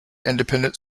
independent